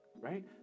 right